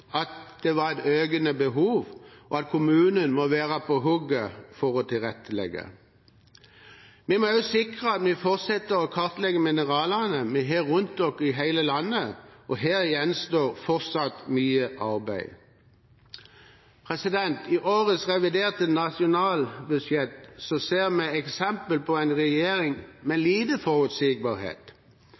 at det var et økende behov, og at kommunen må være på hugget for å tilrettelegge. Vi må sikre at vi fortsetter å kartlegge mineralene vi har rundt oss i hele landet, og her gjenstår fortsatt mye arbeid. I årets revidert nasjonalbudsjett ser vi eksempler på en regjering med lite forutsigbarhet.